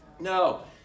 No